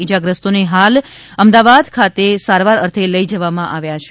ઇજાગ્રસ્તોને અમદાવાદ સારવાર અર્થે લઈ જવામાં આવ્યા છે